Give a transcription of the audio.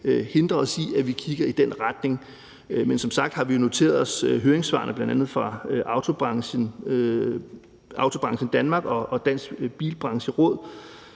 hindre os i at kigge i den retning. Men som sagt har vi har noteret os høringssvarene fra bl.a. AutoBranchen Danmark og Dansk Bilbrancheråd,